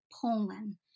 poland